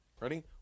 ready